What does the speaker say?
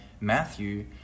Matthew